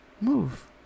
Move